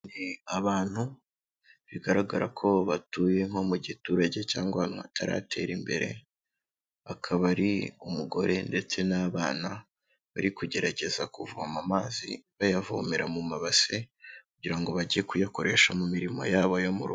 Abantu bigaragara ko batuye nko mu giturage cyangwa ahantu hatararatera imbere, akaba ari umugore ndetse n'abana, bari kugerageza kuvoma amazi bayavomera mu mabase, kugira ngo bajye kuyakoresha mu mirima yabo yo mu rugo.